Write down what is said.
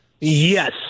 Yes